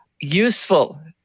useful